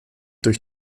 durch